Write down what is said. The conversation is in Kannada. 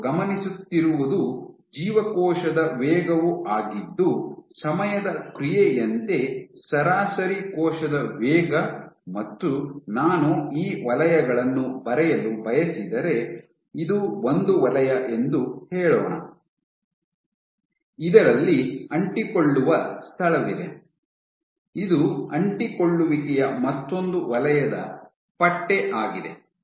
ಅವರು ಗಮನಿಸುತ್ತಿರುವುದು ಜೀವಕೋಶದ ವೇಗವು ಆಗಿದ್ದು ಸಮಯದ ಕ್ರಿಯೆಯಂತೆ ಸರಾಸರಿ ಕೋಶದ ವೇಗ ಮತ್ತು ನಾನು ಈ ವಲಯಗಳನ್ನು ಬರೆಯಲು ಬಯಸಿದರೆ ಇದು ಒಂದು ವಲಯ ಎಂದು ಹೇಳೋಣ ಇದರಲ್ಲಿ ಅಂಟಿಕೊಳ್ಳುವ ಸ್ಥಳವಿದೆ ಇದು ಅಂಟಿಕೊಳ್ಳುವಿಕೆಯ ಮತ್ತೊಂದು ವಲಯದ ಪಟ್ಟೆ ಆಗಿದೆ